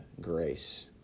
grace